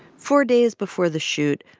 four days before the shoot,